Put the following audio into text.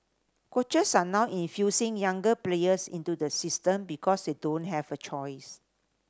coaches are now infusing younger players into the system because they don't have a choice